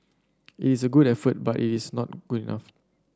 it is a good effort but it is not good enough